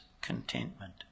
contentment